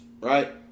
right